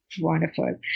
Wonderful